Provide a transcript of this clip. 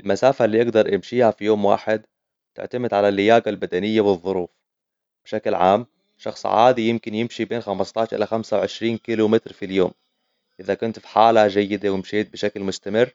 المسافة اللي اقدرامشيها في يوم واحد تعتمد على الياقة البدنية والظروف. بشكل عام، شخص عادي يمكن يمشي بين خمستاش إلى خمسه وعشرين كيلو مترفي اليوم. إذا كنت في حالة جيدة ومشيت بشكل مستمر،